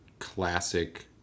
Classic